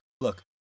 look